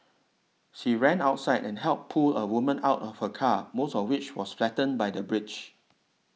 she ran outside and helped pull a woman out of her car most of which was flattened by the bridge